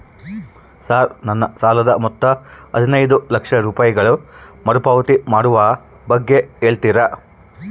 Sir ನನ್ನ ಸಾಲದ ಮೊತ್ತ ಹದಿನೈದು ಲಕ್ಷ ರೂಪಾಯಿಗಳು ಮರುಪಾವತಿ ಮಾಡುವ ಬಗ್ಗೆ ಹೇಳ್ತೇರಾ?